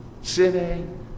Sine